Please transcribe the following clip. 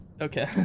Okay